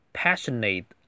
passionate